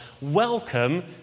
Welcome